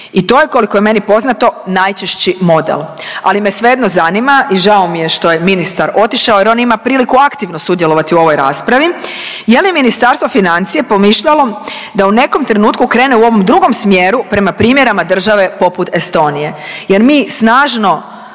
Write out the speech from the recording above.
i to je, koliko je meni poznato, najčešći model, ali me svejedno zanima i žao mi je što je ministar otišao jer on ima priliku aktivno sudjelovati u ovoj raspravi, je li Ministarstvo financija pomišljalo da u nekom trenutku krene u ovom drugom smjeru prema primjerima države poput Estonije jer mi snažno